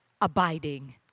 abiding